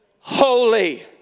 Holy